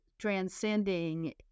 transcending